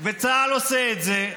וצה"ל עושה את זה,